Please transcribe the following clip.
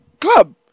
club